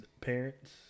Parents